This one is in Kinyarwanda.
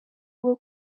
bwo